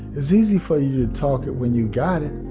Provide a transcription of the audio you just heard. it's easy for you to talk it when you got it.